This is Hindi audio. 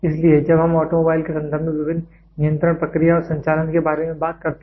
इसलिए जब हम ऑटोमोबाइल के संदर्भ में विभिन्न नियंत्रण प्रक्रिया और संचालन के बारे में बात करते हैं